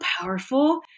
powerful